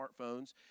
smartphones